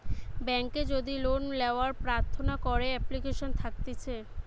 বেংকে যদি লোন লেওয়ার প্রার্থনা করে এপ্লিকেশন থাকতিছে